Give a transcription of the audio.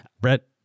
Brett